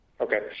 okay